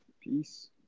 peace